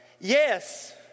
Yes